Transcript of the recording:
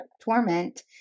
torment